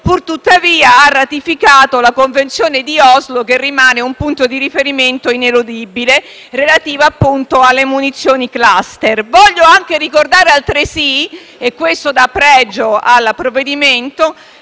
vero - ha ratificato la Convenzione di Oslo che rimane un punto di riferimento ineludibile relativo, appunto, alle munizioni *cluster.* Voglio anche ricordare - e questo dà pregio al provvedimento